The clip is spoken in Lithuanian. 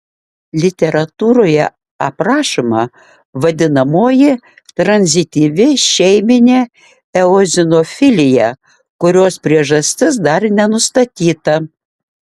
literatūroje aprašoma vadinamoji tranzityvi šeiminė eozinofilija kurios priežastis dar nenustatyta